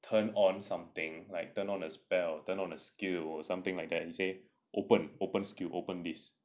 turn on something like turn on a spell turn on a skew or something like that and say open open skew open this